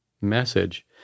message